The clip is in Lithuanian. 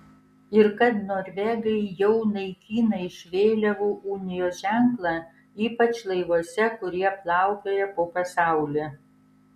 ir kad norvegai jau naikina iš vėliavų unijos ženklą ypač laivuose kurie plaukioja po pasaulį